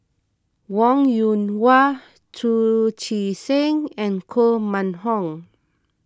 Wong Yoon Wah Chu Chee Seng and Koh Mun Hong